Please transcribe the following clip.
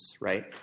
Right